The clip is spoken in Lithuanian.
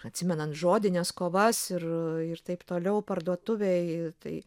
atsimenant žodines kovas ir taip toliau parduotuvėj tai